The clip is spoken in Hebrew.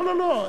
לא לא לא,